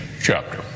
chapter